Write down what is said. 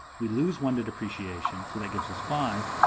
we loose one to depreciation, so that gives us five.